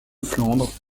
flandre